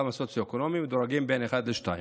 הסוציו-אקונומי ומדורגים בין 1 ל-2.